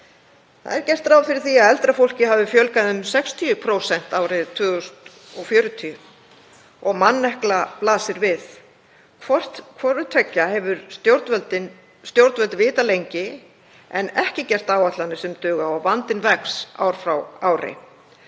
Það er gert ráð fyrir því að eldra fólki hafi fjölgað um 60% árið 2040 og mannekla blasir við. Hvort tveggja hafa stjórnvöld vitað lengi en ekki gert áætlanir sem duga og vandinn vex ár frá ári.